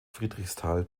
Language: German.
friedrichsthal